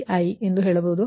ಆದ್ದರಿಂದ ಅದು Pgi Qgi ಸರಿ